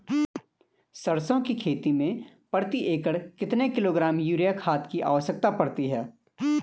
सरसों की खेती में प्रति एकड़ कितने किलोग्राम यूरिया खाद की आवश्यकता पड़ती है?